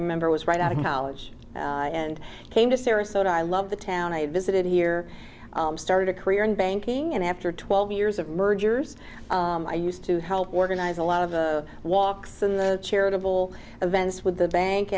i member was right out of college and came to sarasota i love the town i visited here started a career in banking and after twelve years of mergers i used to help organize a lot of walks in the charitable events with the bank